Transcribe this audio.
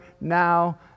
now